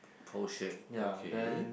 Porsche okay